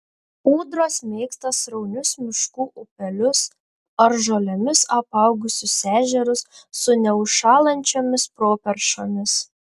ūdros mėgsta sraunius miškų upelius ar žolėmis apaugusius ežerus su neužšąlančiomis properšomis